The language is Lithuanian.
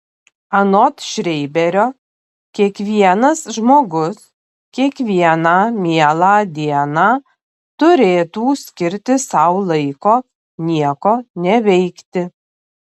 anot šreiberio kiekvienas žmogus kiekvieną mielą dieną turėtų skirti sau laiko nieko neveikti